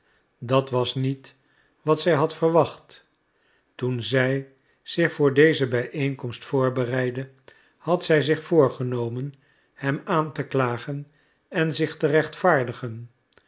dat was niet wat zij had verwacht toen zij zich voor deze bijeenkomst voorbereidde had zij zich voorgenomen hem aan te klagen en zich te rechtvaardigen